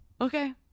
Okay